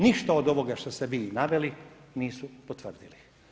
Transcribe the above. Ništa od ovoga što ste vi naveli nisu potvrdili.